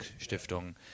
Stiftung